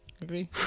Agree